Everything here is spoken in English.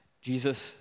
Jesus